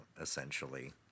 essentially